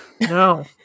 No